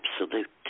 absolute